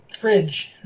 fridge